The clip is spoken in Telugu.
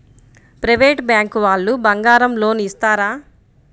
ప్రైవేట్ బ్యాంకు వాళ్ళు బంగారం లోన్ ఇస్తారా?